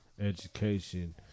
education